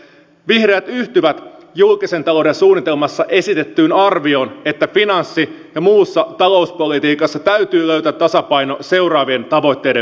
vihreät yhtyvät julkisen talouden suunnitelmassa esitettyyn arvioon että finanssi ja muussa talouspolitiikassa täytyy löytää tasapaino seuraavien tavoitteiden välillä